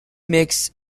makes